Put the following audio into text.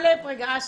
אסי,